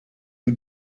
who